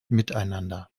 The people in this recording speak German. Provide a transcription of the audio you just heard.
miteinander